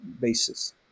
basis